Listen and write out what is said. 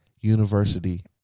university